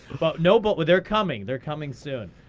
but no bull but they're coming. they're coming soon.